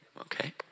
Okay